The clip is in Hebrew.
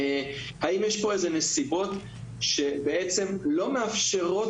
האם יש פה איזה נסיבות שבעצם לא מאפשרות